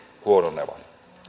huononeva